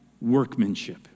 workmanship